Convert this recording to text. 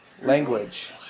Language